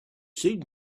seemed